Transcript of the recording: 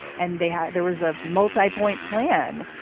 and they had there was a multi-point plan.